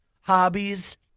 hobbies